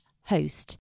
host